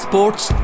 Sports